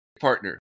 partner